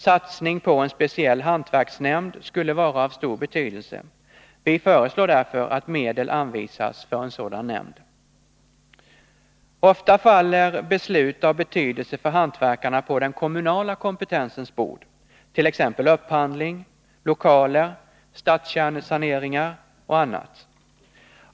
Satsning på en speciell hantverksnämnd skulle vara av stor betydelse. Vi föreslår därför att medel anvisas för en sådan nämnd. Ofta faller beslut av betydelse för hantverkarna på den kommunala kompetensens bord, t.ex. beträffande upphandling, lokaler och stadskärnesaneringar.